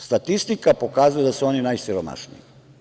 Statistika pokazuje da su oni najsiromašniji.